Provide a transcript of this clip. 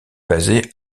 basé